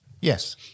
Yes